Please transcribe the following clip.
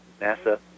NASA